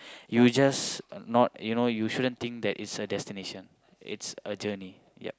you just not you know you shouldn't think that it's a destination it's a journey yup